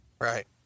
Right